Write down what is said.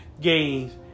games